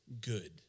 good